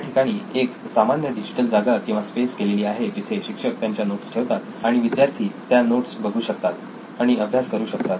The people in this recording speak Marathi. त्या ठिकाणी एक सामान्य डिजिटल जागा किंवा स्पेस केलेली आहे जिथे शिक्षक त्यांच्या नोट्स ठेवतात आणि विद्यार्थी त्या नोट्स बघू शकतात आणि अभ्यास करू शकतात